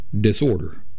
disorder